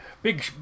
big